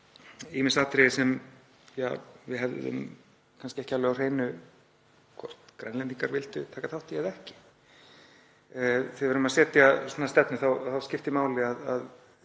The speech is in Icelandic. ýmis atriði sem við höfðum kannski ekki alveg á hreinu hvort Grænlendingar vildu taka þátt í eða ekki. Þegar við erum að setja svona stefnu þá skiptir máli að